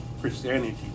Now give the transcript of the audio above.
Christianity